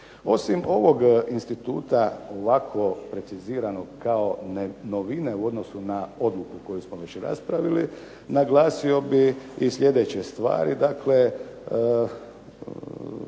Osim ovog instituta ovako preciziranog kao novine u odnosu na odluku koju smo raspravili, naglasio bih i sljedeće stvari,